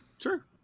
Sure